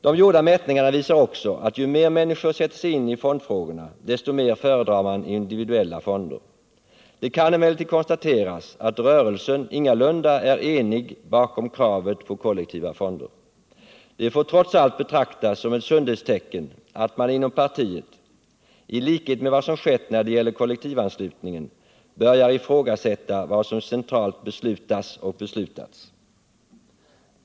De gjorda mätningarna visar också att ju mer människor sätter sig in i fondfrågorna, desto mer föredrar man individuella fonder. Det kan emellertid konstateras att rörelsen ingalunda är enig bakom kravet på kollektiva fonder. Det får trots allt betraktas som ett sundhetstecken att man inom partiet, i likhet med vad som skett när det gäller kollektivanslutningen, börjar ifrågasätta vad som centralt beslutas och beslutats.